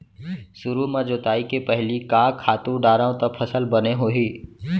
सुरु म जोताई के पहिली का खातू डारव त फसल बने होही?